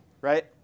right